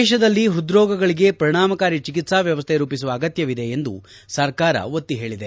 ದೇಶದಲ್ಲಿ ಪೃದ್ರೋಗಗಳಿಗೆ ಪರಿಣಾಮಕಾರಿ ಚಿಕಿತ್ಸಾ ವ್ಯವಸ್ಥೆ ರೂಪಿಸುವ ಅಗತ್ಯವಿದೆ ಎಂದು ಸರ್ಕಾರ ಒತ್ತಿ ಹೇಳಿದೆ